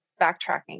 backtracking